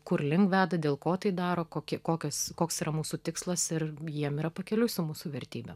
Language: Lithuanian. kurlink veda dėl ko tai daro kokie kokios koks yra mūsų tikslas ir jiem yra pakeliui su mūsų vertybėm